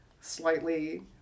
slightly